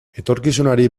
etorkizunari